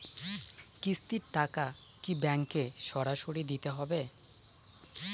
কিস্তির টাকা কি ব্যাঙ্কে সরাসরি দিতে হবে?